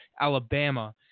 Alabama